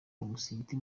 umusigiti